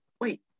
wait